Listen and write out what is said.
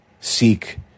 seek